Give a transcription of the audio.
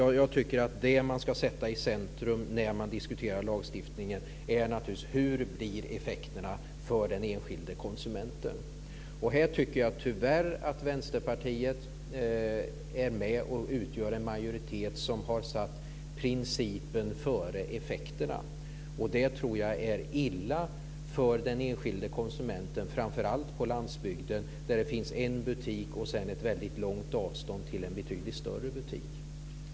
Jag tycker att det man ska sätta i centrum när man diskuterar lagstiftningen är naturligtvis hur effekterna blir för den enskilde konsumenten. Här tycker jag tyvärr att Vänsterpartiet är med och utgör en majoritet som har satt principen före effekterna. Det är illa för den enskilde konsumenten, framför allt på landsbygden där det finns en butik och ett långt avstånd till en betydligt större butik.